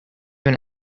been